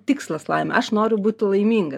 tikslas laimė aš noriu būti laiminga